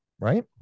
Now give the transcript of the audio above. right